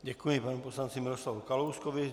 Děkuji panu poslanci Miroslavu Kalouskovi.